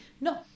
No